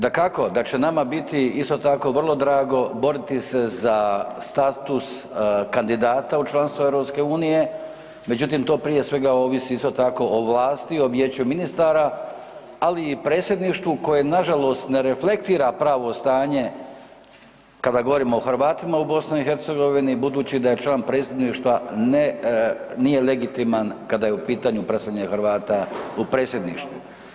Dakako da će nama biti isto tako vrlo drago boriti se za status kandidata u članstvo EU-a međutim to prije svega ovisi isto tako o vlasti, o Vijeću ministara ali i predsjedništvu koje nažalost ne reflektira pravo stanje kada govorimo o Hrvatima i BiH-u budući da je član predsjedništva nije legitiman kad je u pitanju predstavljanje Hrvata u predsjedništvu.